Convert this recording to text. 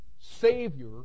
Savior